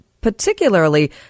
particularly